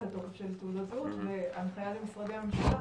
התוקף של תעודת זהות והנחיה למשרדי הממשלה